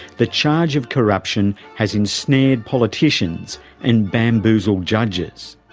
the charge of corruption has ensnared politicians and bamboozled judges.